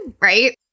right